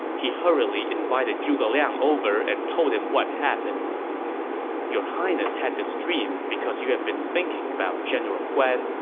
he hurriedly invited zhuge liang over and told him what happened your highness had this dream because you've been thinking about general guan,